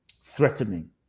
threatening